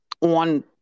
on